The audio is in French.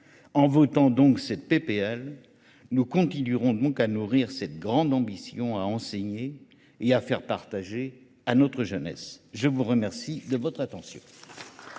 En votant donc cette PPL, nous continuerons donc à nourrir cette grande ambition à enseigner et à faire partager à notre jeunesse. Je vous remercie de votre attention.